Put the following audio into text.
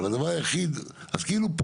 אבל, הדבר היחיד, אז פה,